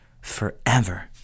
forever